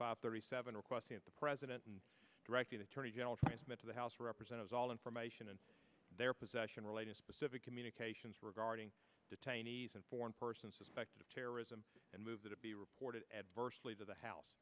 five thirty seven requesting that the president and directed attorney general transmit to the house represent all information in their possession relating specific communications regarding detainees and foreign person suspected of terrorism and move that it be reported adversely to the house